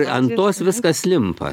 ant tos viskas limpa